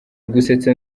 gusetsa